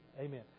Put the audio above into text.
Amen